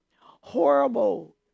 Horrible